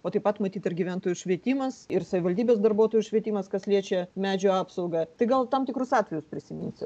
o taip pat matyt ir gyventojų švietimas ir savivaldybės darbuotojų švietimas kas liečia medžių apsaugą tai gal tam tikrus atvejus prisiminsit